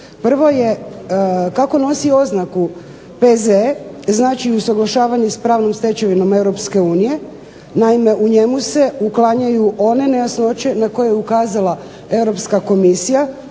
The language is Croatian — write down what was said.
Prvo je kako nosi oznaku P.Z. znači usaglašavanje sa pravnom stečevinom Europske unije. Naime, u njemu se uklanjaju one nejasnoće na koje je ukazala Europska komisija,